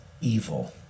evil